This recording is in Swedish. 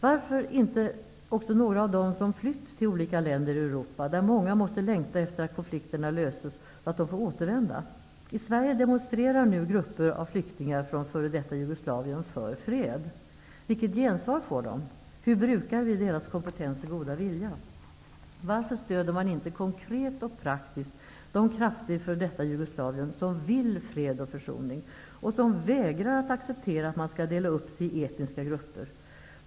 Varför inte engagera också några av dem som flytt till olika länder i Europa? Av dessa måste ju många längta efter att konflikterna löses, så att de får återvända. I Sverige demonstrerar nu grupper av flyktingar från f.d. Jugoslavien för fred. Vilket gensvar får de? Hur brukar vi deras kompetens och goda vilja? Varför stödjer man inte konkret och praktiskt de krafter i f.d. Jugoslavien som vill fred och försoning och som vägrar acceptera att man skall dela upp sig i etniska grupper?